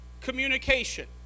communication